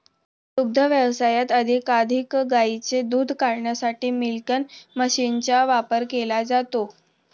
दुग्ध व्यवसायात अधिकाधिक गायींचे दूध काढण्यासाठी मिल्किंग मशीनचा वापर केला जातो